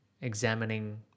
examining